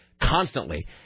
constantly